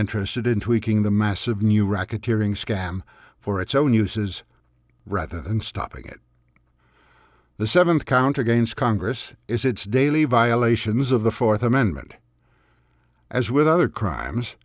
interested in tweaking the massive new racketeering scam for its own uses rather than stopping it the seventh count against congress is its daily violations of the fourth amendment as with other crimes